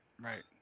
Right